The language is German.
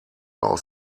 aus